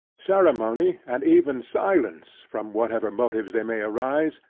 ceremony, and even, silence, from whatever motive they may arise,